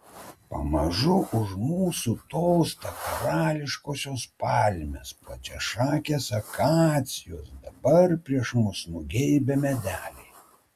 pamažu už mūsų tolsta karališkosios palmės plačiašakės akacijos dabar prieš mus nugeibę medeliai